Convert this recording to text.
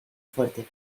fuerte